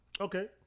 Okay